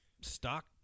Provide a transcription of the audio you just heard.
stock